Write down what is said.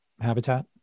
habitat